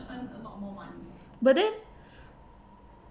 but then